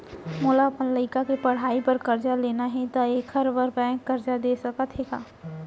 मोला अपन लइका के पढ़ई बर करजा लेना हे, त एखर बार बैंक करजा दे सकत हे का?